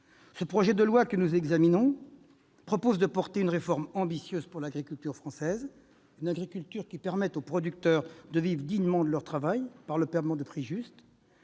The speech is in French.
Ce projet de loi que nous examinons porte une réforme ambitieuse pour l'agriculture française, une agriculture qui permette aux producteurs de vivre dignement de leur travail par le paiement de prix justes,